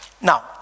Now